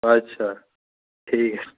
अच्छा ठीक ऐ